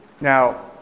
Now